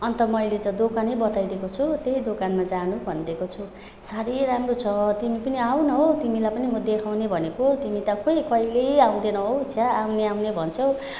अनि त मैले चाहिँ दोकानै बताइदिएको छु त्यही दोकानमा जानु भनिदिएको छु साह्रै राम्रो छ तिमी पनि आउन हौ तिमीलाई पनि म देखाउने भनेको तिमी त खै कहिले आउँदैनौ हौ छ्या आउने आउने भन्छौ